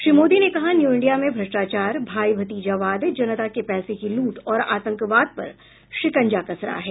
श्री मोदी ने कहा new India में भ्रष्टाचार भाई भतीजावाद जनता के पैसे की लूट और आतंकवाद पर शिकंजा कस रहा है